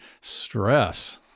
stress